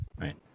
Right